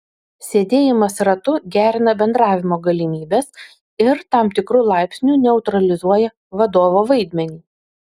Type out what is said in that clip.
sėdėjimas ratu gerina bendravimo galimybes ir tam tikru laipsniu neutralizuoja vadovo vaidmenį